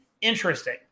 Interesting